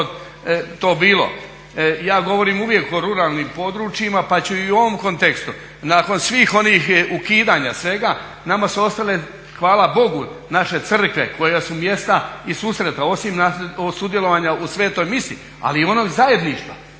to bilo. Ja govorim uvijek o ruralnim područjima pa ću i u ovom kontekstu. Nakon svih onih ukidanja svega nama su ostale, hvala Bogu, naše crkve koje su mjesta i susreta osim sudjelovanja u svetoj misi, ali i onog zajedništva